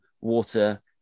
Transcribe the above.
water